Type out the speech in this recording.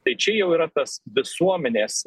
tai čia jau yra tas visuomenės